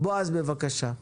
בעז, בבקשה.